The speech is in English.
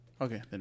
Okay